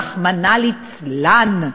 רחמנא ליצלן,